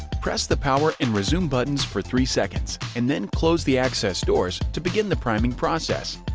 press the power and resume buttons for three seconds, and then close the access doors to begin the priming process.